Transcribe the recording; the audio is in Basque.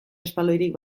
espaloirik